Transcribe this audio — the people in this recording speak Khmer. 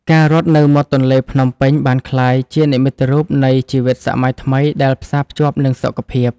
ការរត់នៅមាត់ទន្លេភ្នំពេញបានក្លាយជានិមិត្តរូបនៃជីវិតសម័យថ្មីដែលផ្សារភ្ជាប់នឹងសុខភាព។